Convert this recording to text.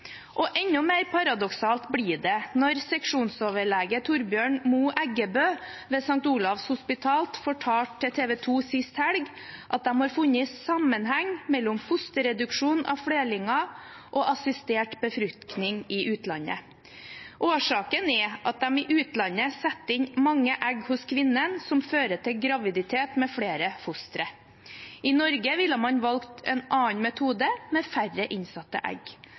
gravid. Enda mer paradoksalt blir det når seksjonsoverlege Torbjørn Moe Eggebø ved St. Olavs hospital fortalte til TV 2 sist helg at de har funnet en sammenheng mellom fosterreduksjon av flerlinger og assistert befruktning i utlandet. Årsaken er at man i utlandet setter inn mange egg hos kvinnen, som fører til en graviditet med flere fostre. I Norge ville man valgt en annen metode med færre innsatte egg.